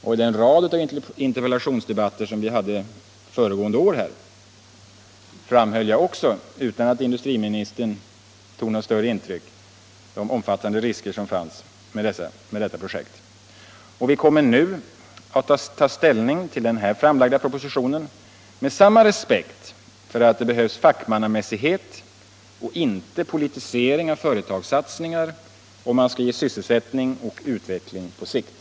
I den rad av interpellationsdebatter om den här saken som vi hade föregående år fäste jag också, utan att industriministern tog något större intryck av det, uppmärksamheten på de omfattande risker som är förenade med detta projekt. Vi kommer att ta ställning till den nu framlagda propositionen med samma respekt för att det behövs fackmannamässighet och inte politisering av företagssatsningar, om man skall skapa sysselsättning och få till stånd utveckling på sikt.